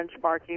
benchmarking